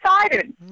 excited